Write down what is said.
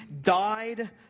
died